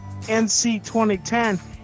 NC2010